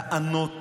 טענות